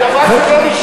זה דבר שלא נשמע.